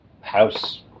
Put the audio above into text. house